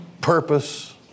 purpose